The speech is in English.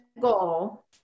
goal